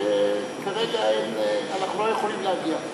שכרגע אנחנו לא יכולים להגיע.